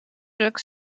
brzeg